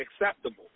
acceptable